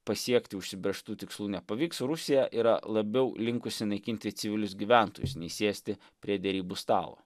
pasiekti užsibrėžtų tikslų nepavyks rusija yra labiau linkusi naikinti civilius gyventojus nei sėsti prie derybų stalo